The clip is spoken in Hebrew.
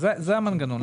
זה המנגנון.